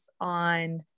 on